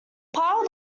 pile